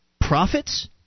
profits